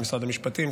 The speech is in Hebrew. של משרד המשפטים,